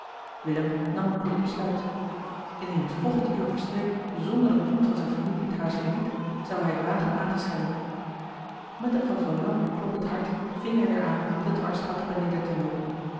willem nam een kloek besluit indien het volgend uur verstreek zonder dat iemand van zijne familie het huis verliet zou hij het wagen aan te schellen met een van verlangen kloppend hart ving hij weer aan de dwarseli heimans willem roda straat op en neder te loopen